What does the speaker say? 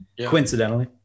coincidentally